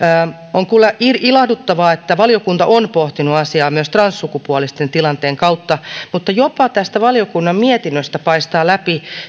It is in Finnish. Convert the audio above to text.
on kyllä ilahduttavaa että valiokunta on pohtinut asiaa myös transsukupuolisten tilanteen kautta mutta jopa tästä valiokunnan mietinnöstä paistaa läpi